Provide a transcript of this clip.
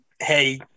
hey